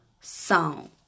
song